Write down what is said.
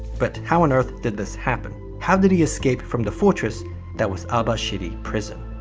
but how on earth did this happen? how did he escape from the fortress that was abashiri prison?